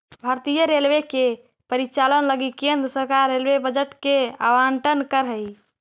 भारतीय रेलवे के परिचालन लगी केंद्र सरकार रेलवे बजट के आवंटन करऽ हई